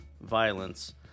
violence